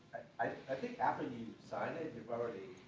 i think after you sign it, you're already